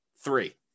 three